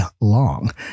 long